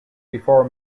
before